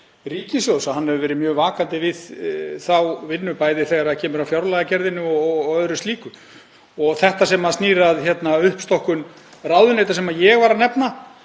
ríkissjóð liggja. Hann hefur verið mjög vakandi við þá vinnu, bæði þegar kemur að fjárlagagerðinni og öðru slíku. Þetta sem snýr að uppstokkun ráðuneyta sem ég var að nefna,